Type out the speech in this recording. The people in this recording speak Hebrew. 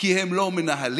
כי הם לא מנהלים,